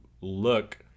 look